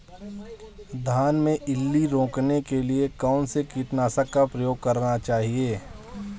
धान में इल्ली रोकने के लिए कौनसे कीटनाशक का प्रयोग करना चाहिए?